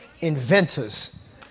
inventors